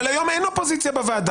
אבל היום אין אופוזיציה בוועדה.